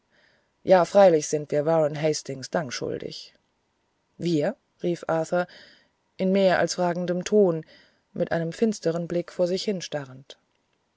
ja freilich sind wir warren hastings dank schuldig wir rief arthur in mehr als fragendem ton mit einem finsteren blick vor sich